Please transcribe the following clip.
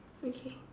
okay